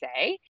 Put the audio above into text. say